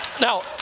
Now